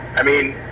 i mean,